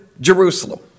Jerusalem